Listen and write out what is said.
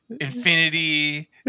Infinity